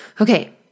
Okay